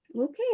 Okay